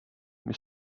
mis